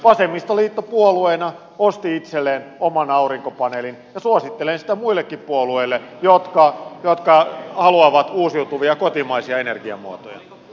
vasemmistoliitto puolueena osti itselleen oman aurinkopaneelin ja suosittelen sitä muillekin puolueille jotka haluavat uusiutuvia kotimaisia energiamuotoja